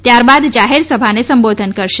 ત્યારબાદ જાહેરસભાને સંબોધન કરશે